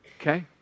Okay